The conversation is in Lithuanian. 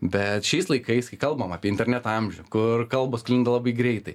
bet šiais laikais kai kalbam apie interneto amžių kur kalbos sklinda labai greitai